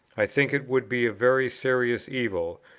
i think it would be a very serious evil,